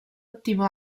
attivo